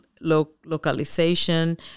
Localization